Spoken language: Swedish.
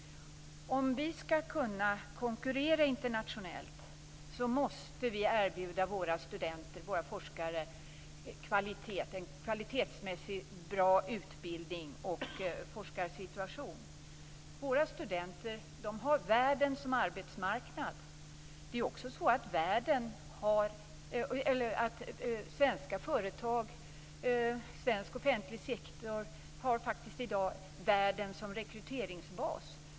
Om vi skall kunna konkurrera internationellt måste vi erbjuda våra studenter och våra forskare en kvalitetsmässigt bra utbildning och forskarsituation. Våra studenter har världen som arbetsmarknad. Det är också så att svenska företag och svensk offentlig sektor i dag faktiskt har världen som rekryteringsbas.